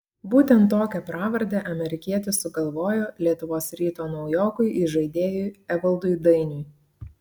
būtent tokią pravardę amerikietis sugalvojo lietuvos ryto naujokui įžaidėjui evaldui dainiui